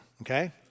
okay